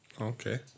Okay